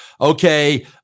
okay